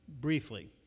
briefly